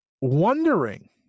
wondering